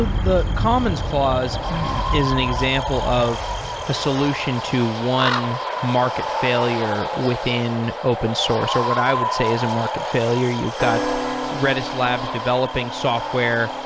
the comments clause is an example of a solution to one market failure within open source, or what i would say is a market failure. you've got redis labs developing software,